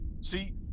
See